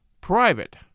Private